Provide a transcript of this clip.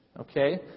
Okay